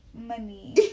Money